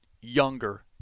younger